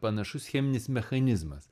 panašus cheminis mechanizmas